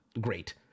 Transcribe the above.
great